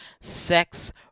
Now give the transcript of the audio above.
sex